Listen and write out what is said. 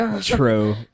True